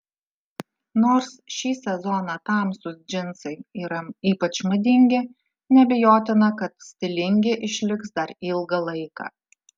nors šį sezoną tamsūs džinsai yra ypač madingi neabejotina kad stilingi išliks dar ilgą laiką